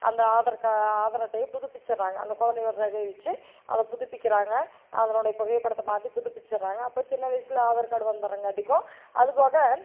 அந்த ஆதார் கா ஆதார் அட்டையை புதுப்பிச்சிடறாங்க அந்த கொழந்தையோட ரேகையை வெச்சு அதை புதுப்பிக்கிறாங்க அதனுடைய புகைப்படத்தை மாற்றி புதுப்பிச்சுட்றாங்க அப்போ சின்ன வயசுல ஆதார் கார்டு வந்துறங்காட்டிக்கும் அதுபோக